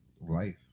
life